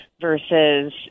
versus